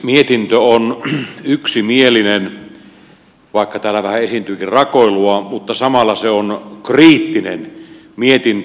mietintö on yksimielinen vaikka täällä vähän esiintyykin rakoilua mutta samalla se on kriittinen mietintö